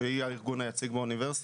שהיא הארגון היציג באוניברסיטה,